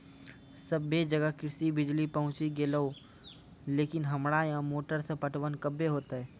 सबे जगह कृषि बिज़ली पहुंची गेलै लेकिन हमरा यहाँ मोटर से पटवन कबे होतय?